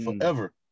forever